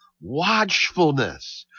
watchfulness